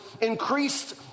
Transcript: increased